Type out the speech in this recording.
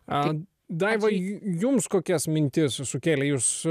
a daiva jums kokias mintis sukėlė jūs